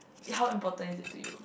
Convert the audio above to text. eh how important is it to you